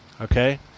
Okay